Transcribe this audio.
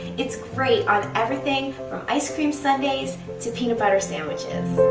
it's great on everything from ice cream sundaes, to peanut butter sandwiches.